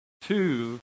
two